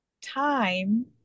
time